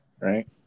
Right